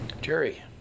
Jerry